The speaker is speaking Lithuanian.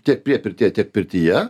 tiek priepirtyje tiek pirtyje